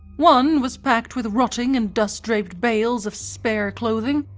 one was packed with rotting and dust-draped bales of spare clothing,